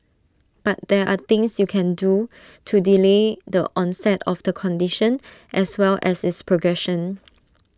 but there are things you can do to delay the onset of the condition as well as its progression